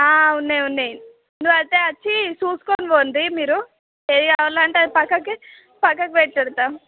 ఆ ఉన్నాయి ఉన్నాయి నువ్వైతే వచ్చి చూసుకొని పోండ్రి మీరు ఏది కావాలంటే అది పక్కకి పక్కకి పెడతాం